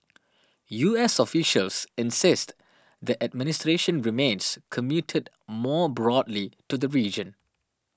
U S officials insist the administration remains committed more broadly to the region